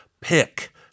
Pick